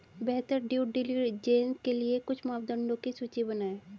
बेहतर due diligence के लिए कुछ मापदंडों की सूची बनाएं?